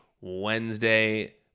Wednesday